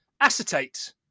acetate